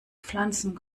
pflanzen